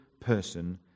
person